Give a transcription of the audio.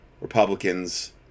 republicans